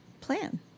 plan